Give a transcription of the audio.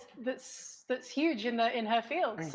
that's that's huge and in her field?